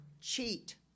cheat